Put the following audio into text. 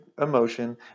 emotion